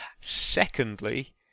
Secondly